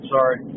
Sorry